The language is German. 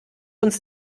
uns